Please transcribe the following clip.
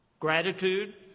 Gratitude